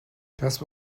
کسب